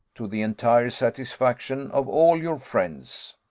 to the entire satisfaction of all your friends.